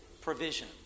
Provision